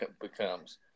becomes